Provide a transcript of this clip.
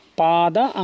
pada